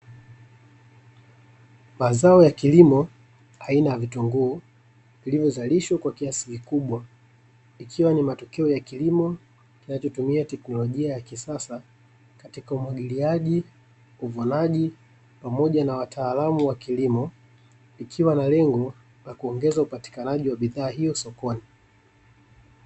Mazao ya kilimo aina ya vitunguu vilivyozalishwa kwa kiasi kikubwa, ikiwa ni matokeo ya kilimo kinachotumia teknolojia ya kisasa katika umwagiliaji, uvunaji pamoja na wataalamu wa kilimo ikiwa na lengo la kuongeza upatikanaji wa bidhaa hiyo sokoni.